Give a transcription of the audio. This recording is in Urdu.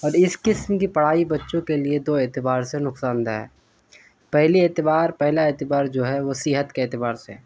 اور اس قسم کی پڑھائی بچوں کے لیے دو اعتبار سے نقصان دہ ہے پہلی اعتبار پہلا اعتبار جو ہے وہ صحت کے اعتبار سے